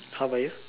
how about you